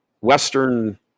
Western